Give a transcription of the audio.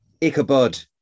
Ichabod